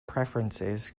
preferences